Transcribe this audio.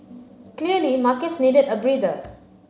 clearly markets needed a breather